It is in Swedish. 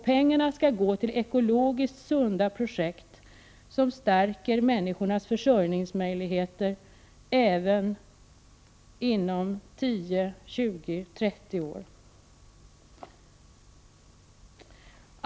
Pengarna skall gå till ekologiskt sunda projekt, som stärker människornas försörjningsmöjligheter även om 10, 20 och 30 år.